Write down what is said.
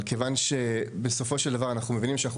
אבל כיוון שבסופו של דבר אנחנו מבינים שאנחנו